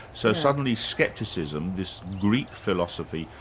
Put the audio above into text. so suddenly scepticism, this greek philosophy,